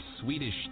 Swedish